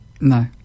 No